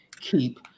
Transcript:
Keep